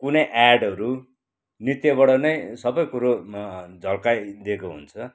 कुनै एडहरू नृत्यबाड नै सबै कुरो झल्काइदेको हुन्छ